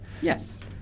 yes